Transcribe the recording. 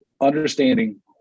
understanding